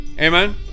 Amen